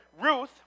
Ruth